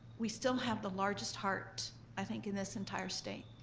we still have the largest heart i think in this entire state.